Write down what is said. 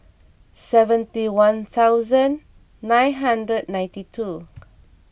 seventy one thousand nine hundred ninety two